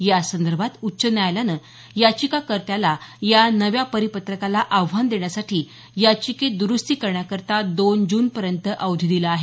यासंदर्भात उच्च न्यायालयानं याचिकाकर्त्याला या नव्या परिपत्रकाला आव्हान देण्यासाठी याचिकेत दरुस्ती करण्याकरता दोन जूनपर्यंत अवधी दिला आहे